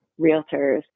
realtors